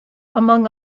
among